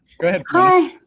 go ahead. hi.